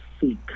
seek